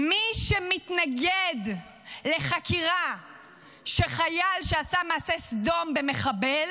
מי שמתנגד לחקירה של חייל שעשה מעשה סדום במחבל